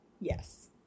Yes